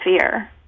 fear